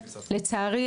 לצערי,